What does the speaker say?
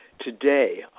Today